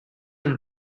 and